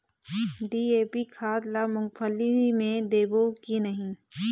DAP खाद ला मुंगफली मे देबो की नहीं?